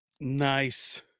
Nice